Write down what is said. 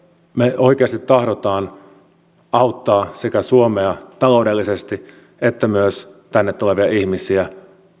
me oikeasti tahdomme auttaa sekä suomea taloudellisesti että myös tänne tulevia ihmisiä